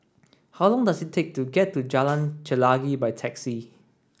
how long does it take to get to Jalan Chelagi by taxi